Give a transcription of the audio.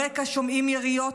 ברקע שומעים יריות,